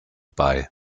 bei